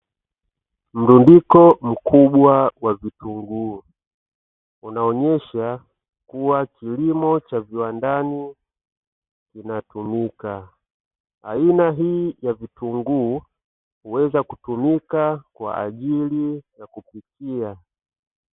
Mrundiko mkubwa wa vitunguu, unaonyesha kuwa kilimo cha viwandani vinatumika. Aina hii ya vitunguu huweza kutumika kwa ajili ya kupikia.